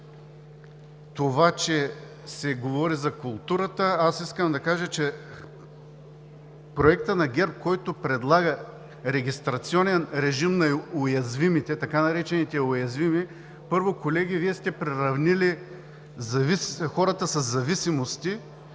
това, че се говори за културата. Аз искам да кажа, че в проекта на ГЕРБ, който предлага регистрационен режим на така наречените уязвими – първо, колеги, Вие сте приравнили хората със зависимости